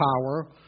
power